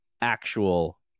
actual